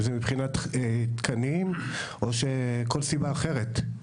אם מבחינת תקנים או כל סיבה אחרת.